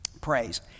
Praise